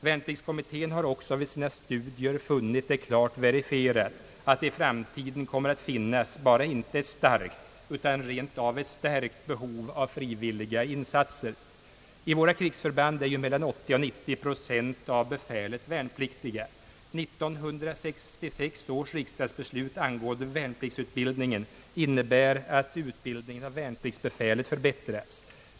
Värnpliktskommittén har också vid sina studier funnit det klart verifierat, att det i framtiden kommer att finnas inte bara ett starkt utan rent av ett stärkt behov av frivilliga insatser. I våra krigsförband är ju mellan 80 och 90 procent av befälet värnpliktiga. 1966 års riksdagsbeslut angående värnpliktsutbildningen innebär att utbildningen av värnpliktsbefälet förbättras.